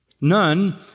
None